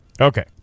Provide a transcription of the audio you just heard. Okay